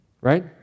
Right